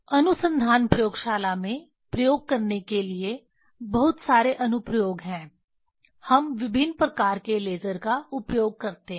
अनुसंधान प्रयोगशाला में प्रयोग करने के लिए बहुत सारे अनुप्रयोग हैं हम विभिन्न प्रकार के लेज़र का उपयोग करते हैं